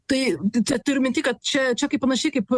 tai čia turiu minty kad čia čia kaip panašiai kaip